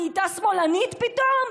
מה, היא נהייתה שמאלנית פתאום?